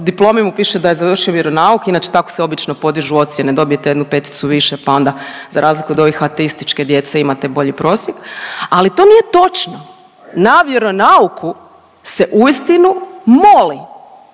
diplomi mu piše da je završio vjeronauk. Inače tako se obično podižu ocjene dobijete jednu peticu više, pa onda za razliku od ovih ateističke djece imate bolji prosjek. Ali to nije točno. Na vjeronauku se uistinu moli.